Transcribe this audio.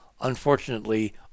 unfortunately